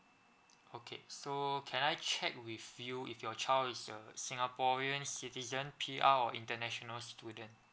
okay so can I check with you if your child is a singaporean citizen P_R or international student